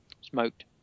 Smoked